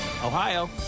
Ohio